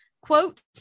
Quote